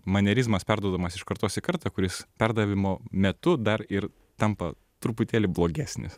manierizmas perduodamas iš kartos į kartą kuris perdavimo metu dar ir tampa truputėlį blogesnis